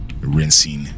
rinsing